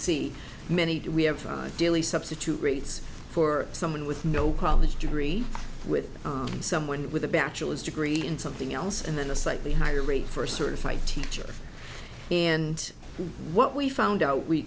see many do we have daily substitute rates for someone with no college degree with someone with a bachelor's degree in something else and then a slightly higher rate for a certified teacher and what we found out we